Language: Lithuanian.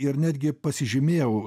ir netgi pasižymėjau